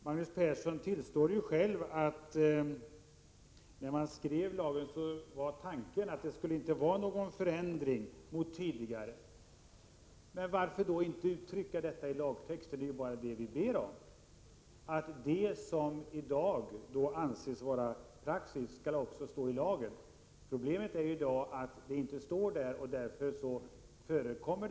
Magnus Persson tillstår ju själv att när lagen skrevs var tanken den, att det inte skulle bli någon förändring mot tidigare. Varför då inte uttrycka det i lagtexten? Det enda vi ber om är ju att det som i dag anses vara praxis också skall stå i lagen. Problemet i dag är att det inte gör det.